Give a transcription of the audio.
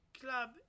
club